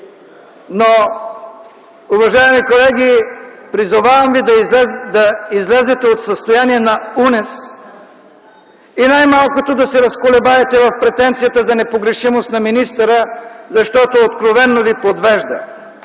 но, уважаеми колеги, призовавам ви да излезете от състоянието на унес и най-малкото да се разколебаете в претенцията за непогрешимост на министъра, защото откровено Ви подвеждат.